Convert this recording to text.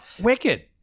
Wicked